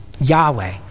Yahweh